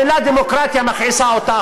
המילה "דמוקרטיה" מכעיסה אותך,